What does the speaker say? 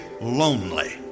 lonely